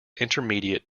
intermediate